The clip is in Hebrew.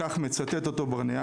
כך מצטט אותו ברנע,